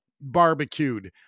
barbecued